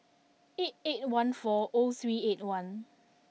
eight eight one four O three eight one